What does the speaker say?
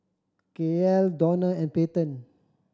Kael Dona and Peyton